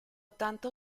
tanto